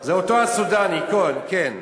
זה אותו הסודאני, כן.